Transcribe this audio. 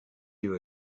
you